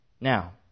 Now